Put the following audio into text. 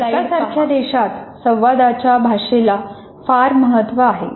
भारतासारख्या देशात संवादाच्या भाषेला फार महत्त्व आहे